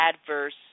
adverse